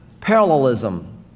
parallelism